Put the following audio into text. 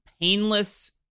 painless